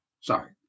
Sorry